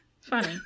funny